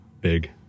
big